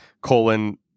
colon